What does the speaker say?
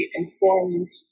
informed